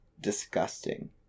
disgusting